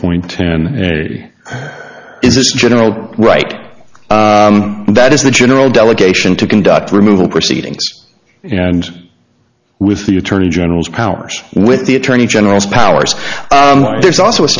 point and it is a general right that is the general delegation to conduct removal proceedings and with the attorney general's powers with the attorney general's powers there's also a